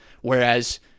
whereas